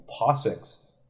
POSIX